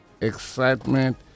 Excitement